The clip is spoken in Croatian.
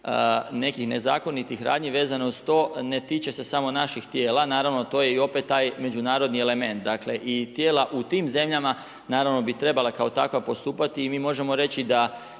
nekih nezakonitih radni vezanih uz to ne tiče se samo naših tijela. Naravno to je i opet taj međunarodni element, dakle i tijela u tim zemalja naravno bi trebala kao takva postupati. I mi možemo da